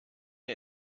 der